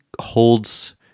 holds